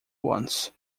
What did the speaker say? once